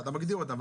אתה מגדיר אותם,